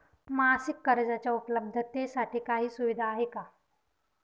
मासिक कर्जाच्या उपलब्धतेसाठी काही सुविधा आहे का?